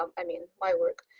um i mean my work,